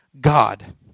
God